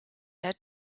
had